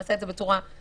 נעשה את זה בצורה מסודרת,